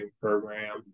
program